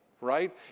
right